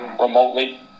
remotely